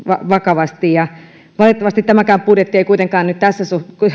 vakavasti valitettavasti tämäkään budjetti ei kuitenkaan nyt tässä